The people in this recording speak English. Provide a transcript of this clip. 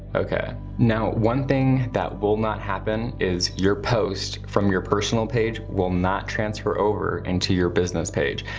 okay, now one thing that will not happen is your post from your personal page will not transfer over into your business page.